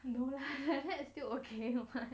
no lah like that still okay [one]